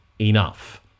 Enough